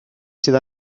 sydd